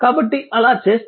కాబట్టి అలా చేస్తే ఇది 0